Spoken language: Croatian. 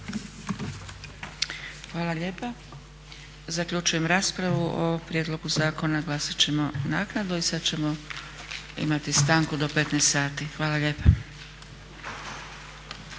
Hvala lijepa. Zaključujem raspravu. O prijedlog zakona glasat ćemo naknadno. I sada ćemo imati stanku do 15,00 sati. Hvala lijepa.